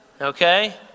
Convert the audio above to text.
okay